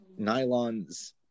nylons